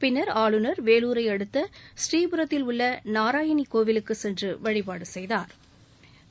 பிள்ளா் ஆளுநா் வேலூரை அடுத்த ஸ்ரீபுரத்தில் உள்ள நாராயணி கோவிலுக்குச் சென்று வழிபாடு செய்தாா்